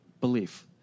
belief